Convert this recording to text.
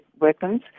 weapons